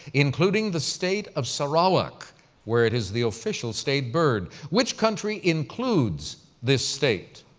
including the state of sarawak where it is the official state bird. which country includes this state?